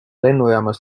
lennujaamas